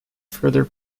further